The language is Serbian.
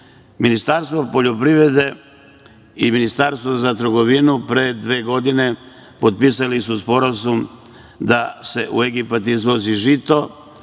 izvozi. Ministarstvo poljoprivrede i Ministarstvo za trgovinu pre dve godine potpisali su sporazum da se u Egipat izvozi žito.